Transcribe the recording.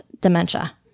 dementia